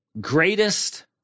greatest